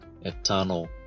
eternal